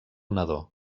nadó